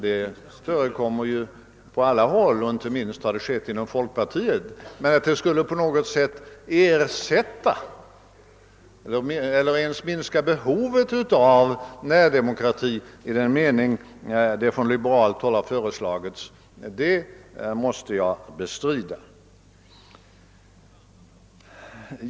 De förekommer på alla håll, inte minst inom folkpartiet. Men att detta på något sätt skulle ersätta eller ens minska behovet av närdemokrati i den mening som vi från liberalt håll föreslagit måste jag bestrida.